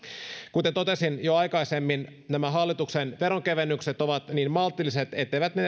kuten totesin jo aikaisemmin hallituksen veronkevennykset ovat niin maltilliset etteivät ne